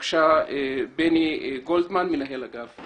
בבקשה, בני גולדמן, מנהל אגף.